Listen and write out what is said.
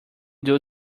due